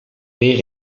weer